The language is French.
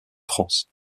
france